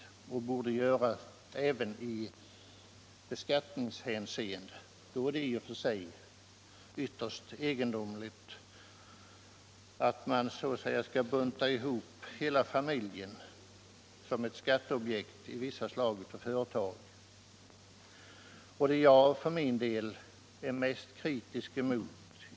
Så borde vara fallet även i beskattningshänseende. Det är då ytterst egendomligt att man när det gäller vissa slag av företag vill ”bunta ihop” hela familjen till ett skatteobjekt. Det jag är mest kritisk mot i de föreliggande lagförslagen är behandlingen av barnen.